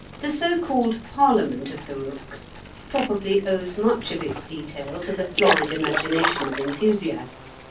the so-called parliament of the rooks probably owes much of its detail to the florid imagination of enthusiasts,